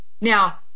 Now